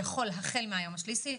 הוא יכול החל מהיום השלישי,